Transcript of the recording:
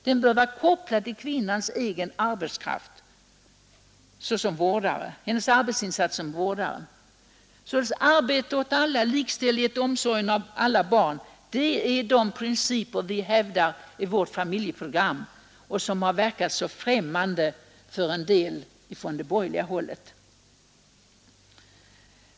Den bör vara kopplad till kvinnans egen arbetsinsats såsom vårdare. Arbete åt alla, likställighet i omsorgen om alla barn är de principer vi hävdar i vårt familjeprogram och som har verkat så främmande för en del på det borgerliga hållet.